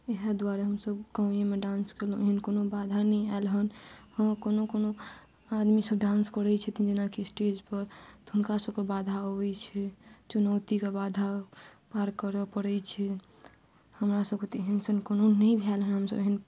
इएह दुआरे हमसब गाँवएमे डांस केलहुॅं एहन कोनो बाधा नहि आयल हन हँ कोनो कोनो आदमी सब डांस करै छथिन जेनाकि स्टेज पर तऽ हुनका सबके बाधा अबै छै चुनौतीके बाधा पार करऽ पड़ै छै हमरा सबके तऽ एहन सन कोनो नहि भेल हन हमसब एहन